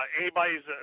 anybody's